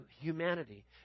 humanity